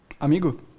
amigo